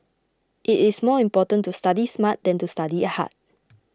it is more important to study smart than to study hard